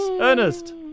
Ernest